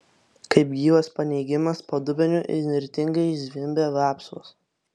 kaip gyvas paneigimas po dubeniu įnirtingai zvimbė vapsvos